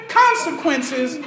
consequences